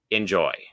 Enjoy